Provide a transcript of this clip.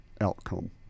outcome